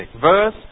Verse